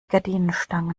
gardinenstange